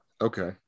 Okay